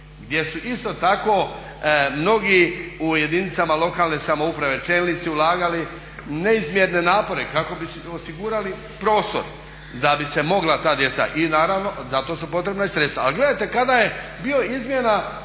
gdje su isto tako mnogi u jedinicama lokalne samouprave čelnici ulagali neizmjerne napore kako bi osigurali prostor da bi se mogla ta djeca. I naravno za to su potrebna i sredstva.